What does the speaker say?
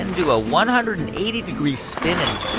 and do a one hundred and eighty degree spin,